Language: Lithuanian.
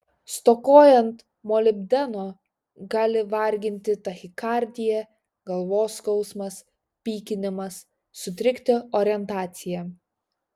stokojant molibdeno gali varginti tachikardija galvos skausmas pykinimas sutrikti orientacija